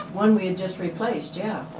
one we had just replaced, yeah.